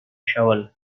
shovel